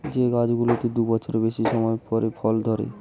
যে গাছগুলোতে দু বছরের বেশি সময় পরে ফল ধরে